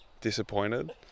disappointed